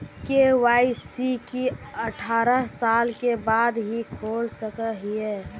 KYC की अठारह साल के बाद ही खोल सके हिये?